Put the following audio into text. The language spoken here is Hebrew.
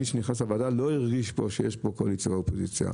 מי שהיה פה לא הרגיש קואליציה ואופוזיציה.